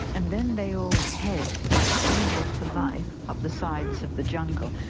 and then they all head. they scramble for life up the sides of the jungle.